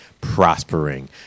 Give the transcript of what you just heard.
prospering